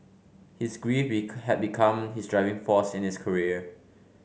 his grief had become his driving force in his career